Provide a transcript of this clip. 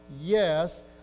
yes